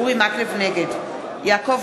נגד יעקב